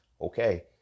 Okay